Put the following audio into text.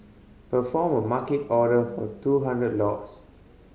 perform a Market order for two hundred lots